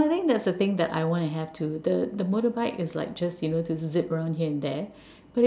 so I think that's a thing that I want to have too the the motorbike is like just you know to to zip around here and there